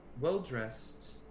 well-dressed